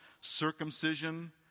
circumcision